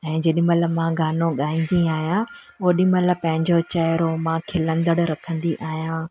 ऐं जेॾी महिल मां गानो ॻाईंदी आहियां ओॾी महिल पंहिंजो चहिरो मां खिलंदड़ु रखंदी आहियां